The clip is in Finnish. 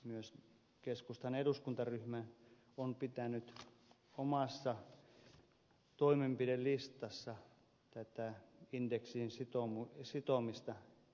myös keskustan eduskuntaryhmä on pitänyt omassa toimenpidelistassaan tätä indeksiin sitomista kärkiasiana